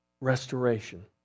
restoration